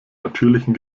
natürlichen